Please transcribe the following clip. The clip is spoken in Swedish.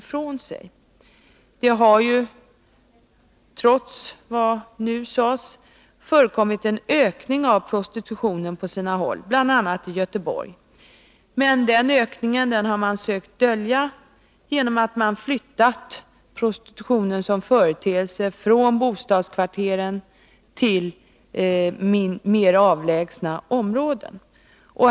Trots vad som har sagts här har det förekommit en ökning av prostitutionen på sina håll, bl.a. i Göteborg, men denna ökning har man sökt dölja genom att flytta prostitutionen som företeelse från bostadskvarteren till mer avlägsna områden.